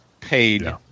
paid